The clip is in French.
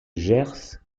gers